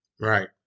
Right